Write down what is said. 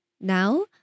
Now